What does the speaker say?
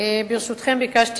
רונית תירוש, המבקשת